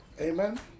Amen